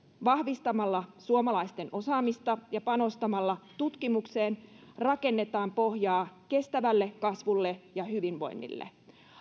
vahvistamalla suomalaisten osaamista ja panostamalla tutkimukseen rakennetaan pohjaa kestävälle kasvulle ja hyvinvoinnille